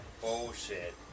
bullshit